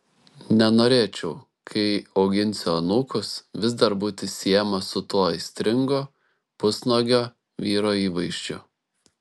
nenorėčiau kai auginsiu anūkus vis dar būti siejamas su tuo aistringo pusnuogio vyro įvaizdžiu